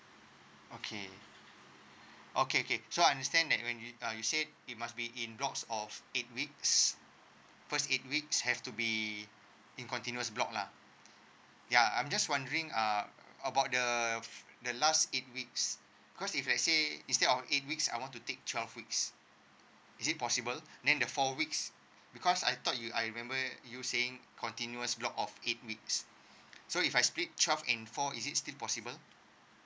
okay okay okay so understand that when you uh you say it must be in blocks of eight weeks first eight weeks have to be in continuous block lah ya I'm just wondering uh about the the last eight weeks because if let's say instead of eight weeks I want to take twelve weeks is it possible then the four weeks because I thought you are I remember you saying continuous block of eight weeks so if I split twelve and four is it still possible